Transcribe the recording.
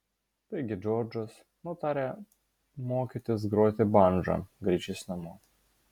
taigi džordžas nutarė mokytis groti bandža grįžęs namo